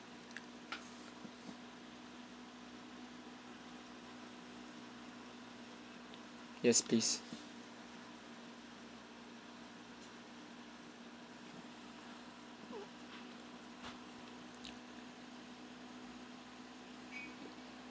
yes please